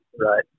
Right